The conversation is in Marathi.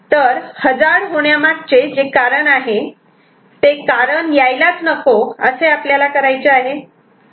तर हजार्ड होण्यामागचे जे कारण आहे ते कारण यायलाच नको असे आपल्याला करायचे आहे